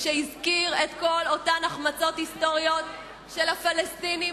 והזכיר את כל אותן החמצות היסטוריות של הפלסטינים,